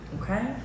okay